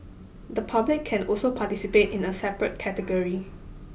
the public can also participate in a separate category